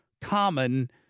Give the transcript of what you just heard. common